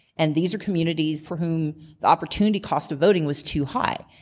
and these are communities for whom the opportunity cost of voting was too high.